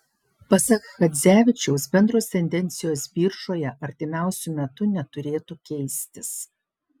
pasak chadzevičiaus bendros tendencijos biržoje artimiausiu metu neturėtų keistis